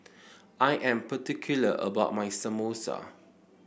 I am particular about my Samosa